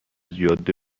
جاده